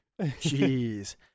Jeez